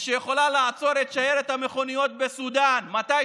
ויכולה לעצור את שיירת המכוניות בסודאן מתי